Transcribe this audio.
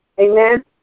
Amen